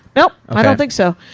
nope! i don't think so.